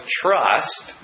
trust